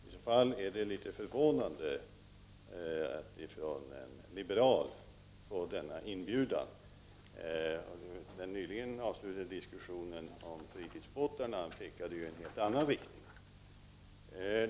I så fall är det litet förvånande att från en liberal få en sådan inbjudan. Den nyss avslutade diskussionen om fritidsbåtarna pekade ju i en annan riktning.